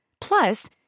Plus